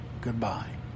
goodbye